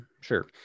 Sure